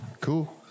cool